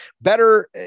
better